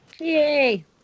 Yay